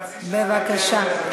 בבקשה.